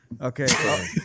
Okay